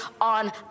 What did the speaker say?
on